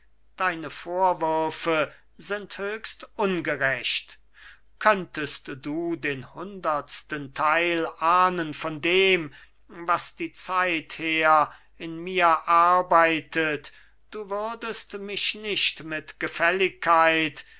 deine vorwürfe sind höchst ungerecht könntest du den hundertsten teil ahnen von dem was die zeit her in mir arbeitet du würdest mich nicht mit gefälligkeit